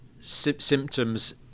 symptoms